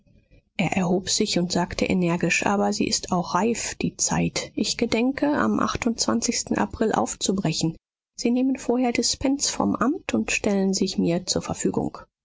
er erhob sich und sagte energisch aber sie ist auch reif die zeit ich gedenke am april aufzubrechen sie nehmen vorher dispens vom amt und stellen sich mir zur verfügung